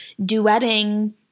duetting